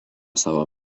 savo